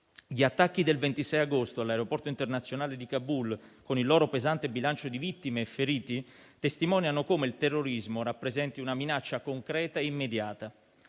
Gli attacchi del 26 agosto scorso all'aeroporto internazionale di Kabul, con il loro pesante bilancio di vittime e feriti, testimoniano come il terrorismo rappresenti una minaccia concreta e immediata.